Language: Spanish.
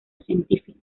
científico